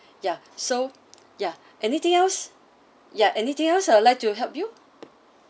ya so ya anything else ya anything else I would like to help you